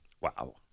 Wow